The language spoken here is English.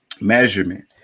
measurement